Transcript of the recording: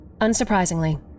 Unsurprisingly